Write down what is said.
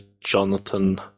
Jonathan